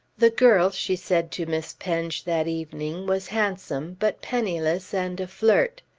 the girl, she said to miss penge that evening, was handsome, but penniless and a flirt.